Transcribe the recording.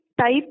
type